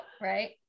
right